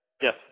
Yes